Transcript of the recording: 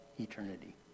eternity